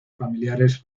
familiares